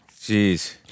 Jeez